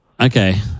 Okay